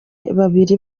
babiri